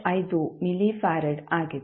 5 millifarad ಆಗಿದೆ